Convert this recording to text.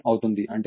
అంటే గంటకు 0